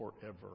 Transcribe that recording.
forever